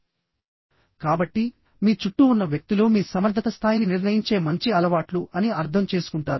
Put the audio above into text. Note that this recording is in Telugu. కాబట్టి మీ చుట్టూ ఉన్న వ్యక్తులు మీ సమర్థత స్థాయిని నిర్ణయించే మంచి అలవాట్లు అని అర్థం చేసుకుంటారు